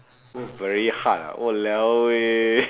work very hard ah !walao! eh